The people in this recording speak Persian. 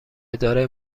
اداره